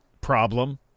problem